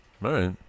right